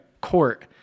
court